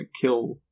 kill